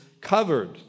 covered